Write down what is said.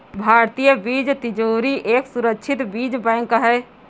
भारतीय बीज तिजोरी एक सुरक्षित बीज बैंक है